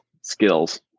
skills